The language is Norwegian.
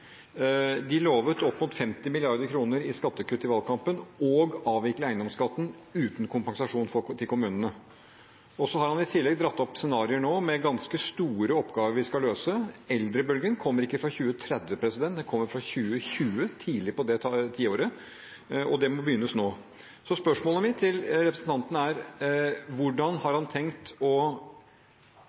De lovet opp mot 50 mrd. kr i skattekutt i valgkampen og å avvikle eiendomsskatten uten kompensasjon til kommunene. Så har han i tillegg nå dratt opp scenarioer med ganske store oppgaver vi skal løse. Eldrebølgen kommer ikke fra 2030, den kommer fra 2020, tidlig i det tiåret, og man må begynne nå. Så spørsmålet mitt til representanten er: Hvordan har han tenkt å